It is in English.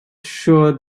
sure